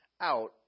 out